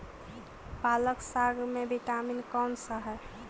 पालक साग में विटामिन कौन सा है?